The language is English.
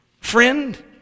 friend